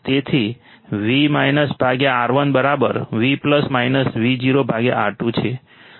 તેથી V R1 V Vo R2 છે આ મૂલ્ય છે